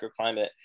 microclimate